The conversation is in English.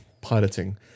piloting